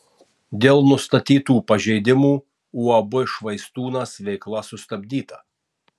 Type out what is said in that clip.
dėl nustatytų pažeidimų uab švaistūnas veikla sustabdyta